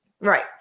Right